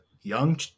young